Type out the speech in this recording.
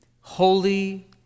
holy